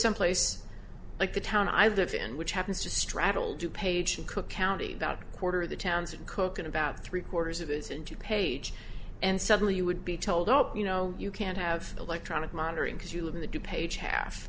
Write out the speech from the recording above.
someplace like the town i live in which happens to straddle du page and cook county about a quarter of the town's cook in about three quarters of its engine page and suddenly you would be told up you know you can't have electronic monitoring because you live in the do page half